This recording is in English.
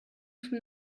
from